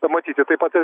na matyti taip pat ir